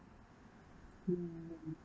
mm